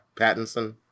Pattinson